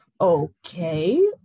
okay